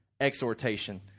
exhortation